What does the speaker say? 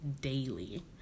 daily